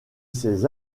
ces